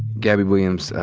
gabby williams,